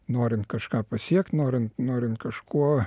norint kažką pasiekt norint norint kažkuo